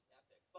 epic